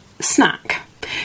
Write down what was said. snack